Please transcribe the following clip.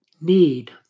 need